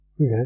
okay